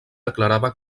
declarava